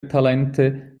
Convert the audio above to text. talente